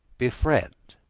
befriend,